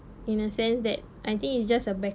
in a sense that I think it's just a back